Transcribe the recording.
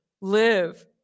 live